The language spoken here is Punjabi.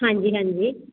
ਹਾਂਜੀ ਹਾਂਜੀ